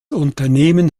unternehmen